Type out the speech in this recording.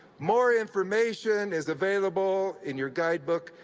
more information is available in your guidebook.